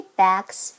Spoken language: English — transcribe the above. bags